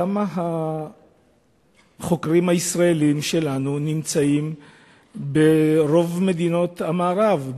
כמה מהחוקרים הישראלים שלנו נמצאים ברוב מדינות המערב,